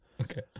Okay